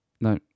No